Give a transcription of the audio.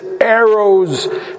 arrows